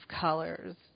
colors